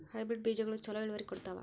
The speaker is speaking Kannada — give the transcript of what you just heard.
ಹೈಬ್ರಿಡ್ ಬೇಜಗೊಳು ಛಲೋ ಇಳುವರಿ ಕೊಡ್ತಾವ?